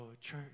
church